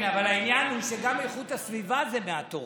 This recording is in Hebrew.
כן, אבל העניין הוא שגם איכות הסביבה זה מהתורה.